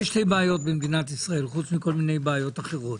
יש לי בעיות במדינת ישראל חוץ מכל מיני בעיות אחרות.